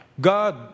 God